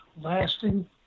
Lasting